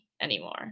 anymore